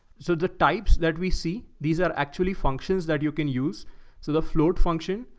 so the types that we see, these are actually functions that you can use. so the float function,